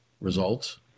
Results